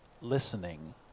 listening